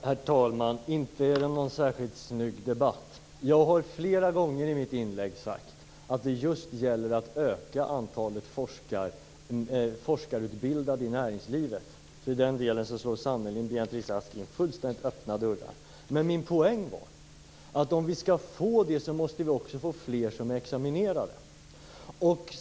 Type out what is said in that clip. Herr talman! Inte är det någon särskilt snygg debatt! Jag har flera gånger i mitt inlägg sagt att det gäller att öka antalet forskarutbildade i näringslivet. I den delen slår sannerligen Beatrice Ask in fullständigt öppna dörrar. Men min poäng var att om vi skall få det måste vi också få fler som är examinerade.